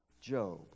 Job